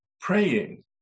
praying